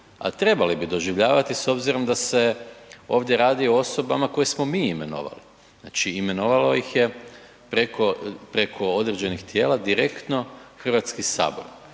trebali bi doživljavati s obzirom da se ovdje radi o osobama koje smo mi imenovali, znači imenovalo ih je preko određenih tijela, direktno Hrvatski sabor.